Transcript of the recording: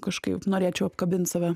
kažkaip norėčiau apkabint save